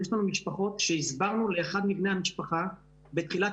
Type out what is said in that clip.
יש לנו משפחות שהסברנו לאחד מבני המשפחה בתחילת